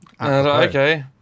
Okay